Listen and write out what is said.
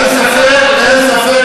אין ספק,